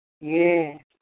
yes